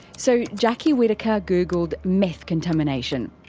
so jackie whittaker googled meth contamination.